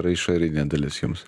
ar išorinė dalis jums